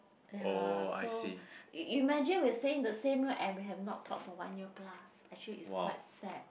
ya so you imagine we staying in the same room and we have not talked for one year plus actually is quite sad